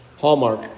Hallmark